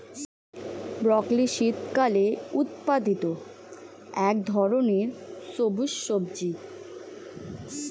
broccoli শীতকালে উৎপাদিত এক ধরনের সবুজ সবজি